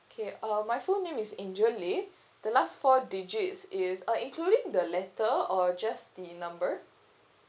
okay uh my full name is angel lee the last four digits is uh including the letter or just the number